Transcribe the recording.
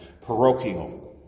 parochial